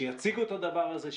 שיציגו את הדבר הזה,